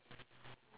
!aiyo!